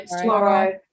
Tomorrow